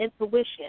intuition